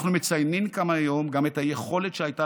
אנחנו מציינים כאן היום גם את היכולת שהייתה